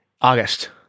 August